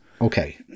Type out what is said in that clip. Okay